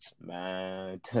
man